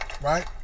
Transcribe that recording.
Right